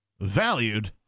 valued